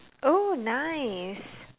oh nice